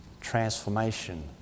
transformation